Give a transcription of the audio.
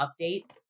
update